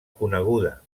coneguda